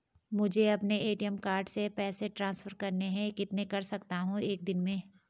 मुझे अपने ATM card से पैसे ट्रांसफर करने हैं कितने कर सकता हूँ एक दिन में?